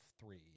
three